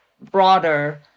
broader